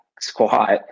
squat